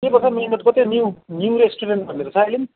के पो छ मेन रोडको त्यो न्यू न्यू रेस्टुरेन्ट भन्ने छ अहिले पनि